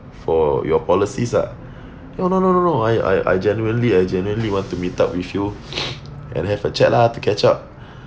for your policies ah no no no no no I I genuinely I genuinely want to meet up with you and have a chat lah to catch up